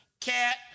cat